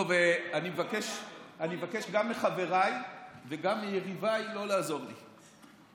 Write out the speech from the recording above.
טוב, אני מבקש גם מחבריי וגם מיריביי לא לעזור לי.